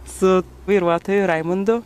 su vairuotoju raimundu